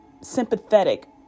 sympathetic